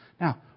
Now